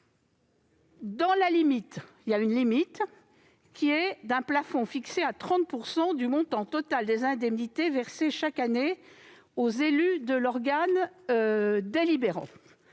dans la limite d'un plafond fixé à 30 % du montant total des indemnités versées chaque année aux élus de l'organe délibérant-